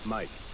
Mike